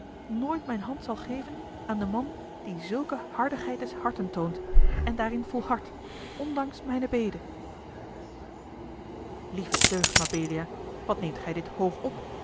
nooit mijne hand zal geven aan den man die zulke hardigheid des harten toont en daarin volhardt ondanks mijne bede lieve deugd mabelia wat neemt gij dit hoog op